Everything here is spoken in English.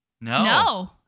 No